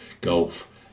Golf